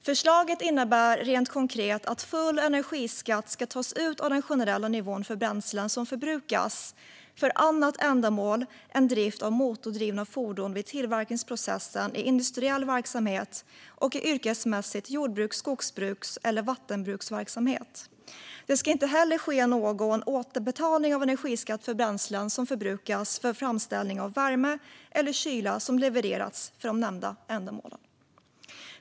Förslaget innebär rent konkret att full energiskatt ska tas ut av den generella nivån för bränslen som förbrukas för annat ändamål än drift av motordrivna fordon vid tillverkningsprocessen i industriell verksamhet och i yrkesmässig jordbruks-, skogsbruks eller vattenbruksverksamhet. Det ska inte heller ske någon återbetalning av energiskatt för bränslen som förbrukas för framställning av värme eller kyla som levererats för de nämnda ändamålen.